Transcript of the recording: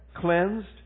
cleansed